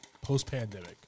post-pandemic